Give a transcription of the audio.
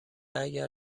اگر